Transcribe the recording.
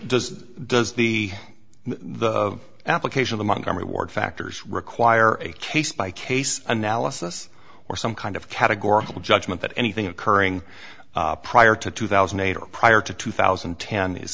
does does the the application the montgomery ward factors require a case by case analysis or some kind of categorical judgment that anything occurring prior to two thousand and eight or prior to two thousand and ten is